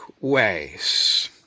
ways